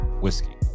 whiskey